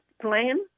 plan